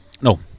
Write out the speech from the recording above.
No